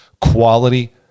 quality